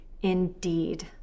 indeed